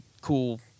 cool